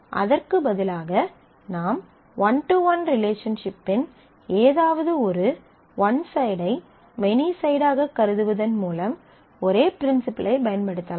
அதற்கு பதிலாக நாம் ஒன் டு ஒன் ரிலேஷன்ஷிப்பின் ஏதாவது ஒரு ஒன் சைடை மெனி சைடாகக் கருதுவதன் மூலம் ஒரே ப்ரின்சிபிளைப் பயன்படுத்தலாம்